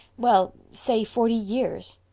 well, say forty years.